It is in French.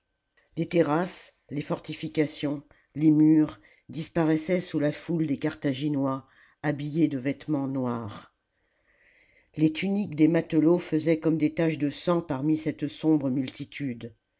les terrasses les fortifications les murs disparaissaient sous la foule des carthaginois habillée de vêtements noirs les tuniques des matelots faisaient comme des taches de sang parmi cette sombre multitude